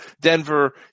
Denver